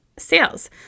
sales